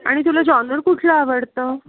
आणि तुला जॉनर कुठलं आवडतं